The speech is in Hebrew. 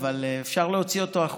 אבל אפשר להוציא אותו החוצה,